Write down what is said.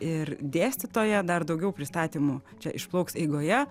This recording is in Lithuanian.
ir dėstytoją dar daugiau pristatymų čia išplauks eigoje